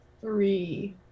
three